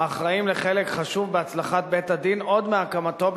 האחראים לחלק חשוב בהצלחת בית-הדין עוד מהקמתו,